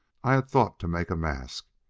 i had thought to make a mask,